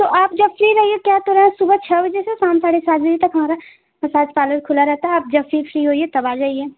तो आप जब फ्री रहिये कह तो रहें सुबह छः बजे से शाम साढ़े सात बजे तक हमारा मसाज पार्लर खुला रहता है आप जब फ्री फ्री होइए तब आ जाइए